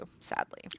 sadly